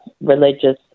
religious